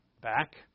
back